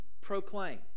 proclaim